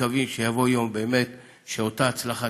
ומקווים שיבוא יום באמת שאותה הצלחה